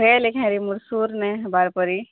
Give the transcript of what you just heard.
ହେ ଲେଖାରେ ମୋର ସୋର ନେଇଁ ହେବାର ପରି